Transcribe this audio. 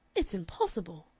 it's impossible.